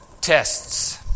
Tests